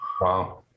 Wow